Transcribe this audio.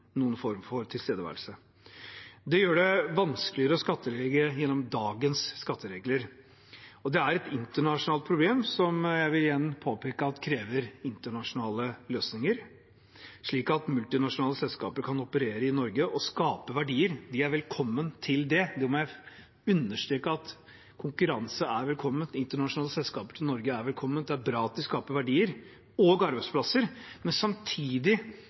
noen form for tilstedeværelse. Det gjør det vanskeligere å skattlegge gjennom dagens skatteregler, og det er et internasjonalt problem som jeg igjen vil påpeke krever internasjonale løsninger, slik at multinasjonale selskaper kan operere i Norge og skape verdier. De er velkomne til det, det må jeg understreke – konkurranse er velkommen, internasjonale selskaper til Norge er velkommen. Det er bra at de skaper verdier og arbeidsplasser, og samtidig